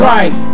Right